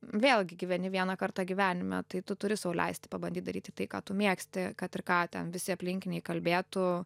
vėlgi gyveni vieną kartą gyvenime tai tu turi sau leisti pabandyt daryti tai ką tu mėgsti kad ir ką ten visi aplinkiniai kalbėtų